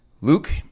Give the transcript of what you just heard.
Luke